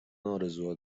ارزوها